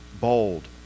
bold